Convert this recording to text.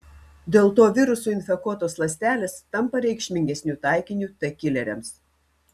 dėl to virusų infekuotos ląstelės tampa reikšmingesniu taikiniu t kileriams